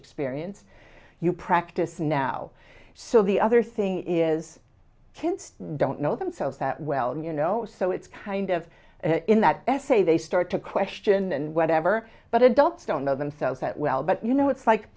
experience you practice now so the other thing is kids don't know themselves that well you know so it's kind of in that essay they start to question and whatever but adults don't know themselves that well but you know it's like